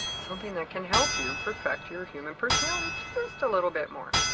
something that can help you perfect your human personality just a little bit more